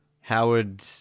Howard